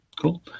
Cool